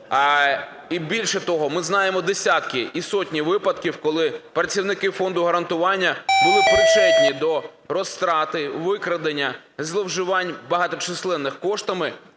І, більше того, ми знаємо десятки і сотні випадків, коли працівники Фонду гарантування були причетні до розтрати, викрадення, зловживань багаточисленних коштами